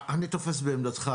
אני תופס בעמדתך.